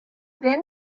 then